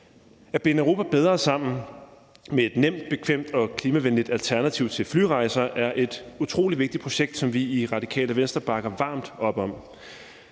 At binde Europa bedre sammen med et nemt, bekvemt og klimavenligt alternativ til flyrejser er et utrolig vigtigt projekt, som vi i Radikale Venstre bakker varmt op om.